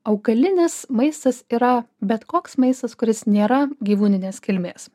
augalinis maistas yra bet koks maistas kuris nėra gyvūninės kilmės